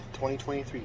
2023